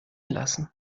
lassen